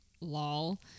lol